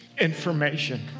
information